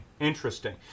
interesting